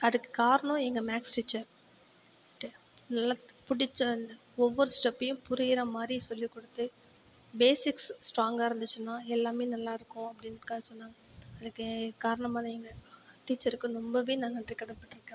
அதுக்கு காரணம் எங்கள் மேக்ஸ் டீச்சர் எனக்கு பிடிச்ச அந்த ஒவ்வொரு ஸ்டெப்பையும் புரியுற மாதிரி சொல்லிக்கொடுத்து பேஸிக்ஸ் ஸ்ட்ராங்காக இருந்துச்சுன்னா எல்லாமே நல்லாருக்கும் அப்படின்னு சொன்னாங்கள் அதுக்கு காரணமாக எங்கள் டீச்சருக்கும் ரொம்பவே நான் நன்றிக்கடன் பட்டுருக்கேன்